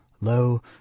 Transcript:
Lo